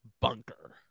Bunker